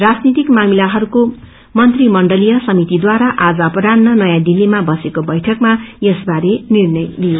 राजनीतिक मामिलाहरूको मंत्रीमण्डीय समितिद्वारा आज अपरान्ह याँ दिल्लीमा बसेको बैठकमा यसवारे निर्णय लिइयो